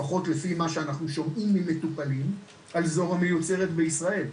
לפחות ממה שאנחנו שומעים ממטופלים על זו המיוצרת בישראל,